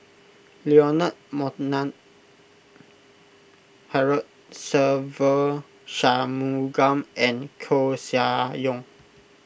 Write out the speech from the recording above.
Leonard Montague Harrod Se Ve Shanmugam and Koeh Sia Yong